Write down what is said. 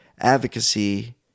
advocacy